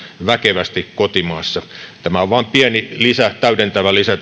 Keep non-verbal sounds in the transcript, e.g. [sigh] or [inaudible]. väkevästi kotimaassa tämä kansainvälinen harjoitustoiminta on vain pieni täydentävä lisä [unintelligible]